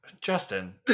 Justin